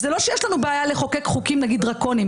זה לא שיש לנו בעיה לחוקק חוקים דרקונים,